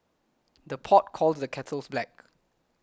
the pot calls the kettles black